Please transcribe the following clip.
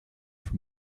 from